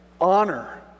honor